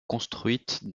construites